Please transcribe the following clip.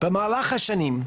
במהלך השנים,